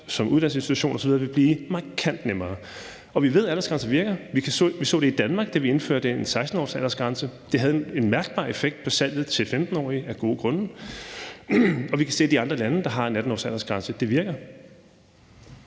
som uddannelsesinstitution osv., og det ville blive markant nemmere. Vi ved, at aldersgrænser virker. Vi så det i Danmark, da vi indførte en 16-årsaldersgrænse. Det havde af gode grunde en mærkbar effekt på salget til 15-årige, og vi kan se i de andre lande, der har en 18-års aldersgrænse, at det virker.